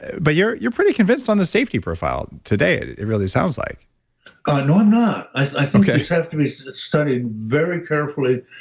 but you're you're pretty convinced on the safety profile, today, it it really sounds like no, i'm not. i think this has to be studied very carefully,